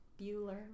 Bueller